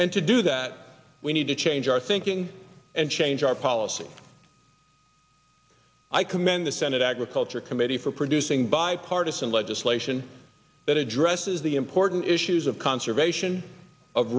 and to do that we need to change our thinking and change our policy i commend the senate agriculture committee for producing bipartisan legislation that addresses the important issues of conservation